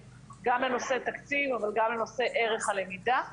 לנושא תקציב אבל גם לנושא ערך הלמידה,